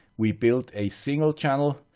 we build a single channel,